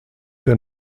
der